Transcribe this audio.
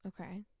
Okay